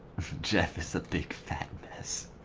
jeff is a big fat mess